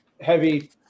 heavy